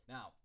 Now